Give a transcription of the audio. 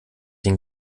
ihn